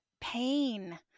pain